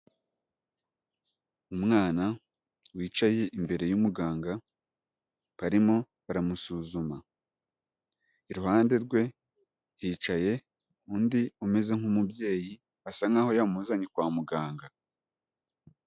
Umwana wicaye imbere y'umuganga, barimo baramusuzuma. Iruhande rwe, hicaye undi umeze nk'umubyeyi, asa nk'aho yamuzanye kwa muganga.